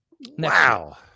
Wow